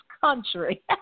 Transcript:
country